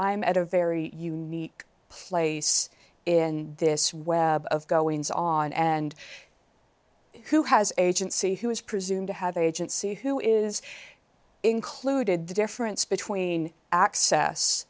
am at a very unique place in this web of goings on and who has agency who is presumed to have agency who is included the difference between access